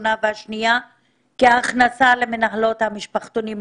הראשונה והפעימה השנייה כהכנסה למנהלות המשפחתונים.